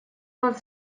вас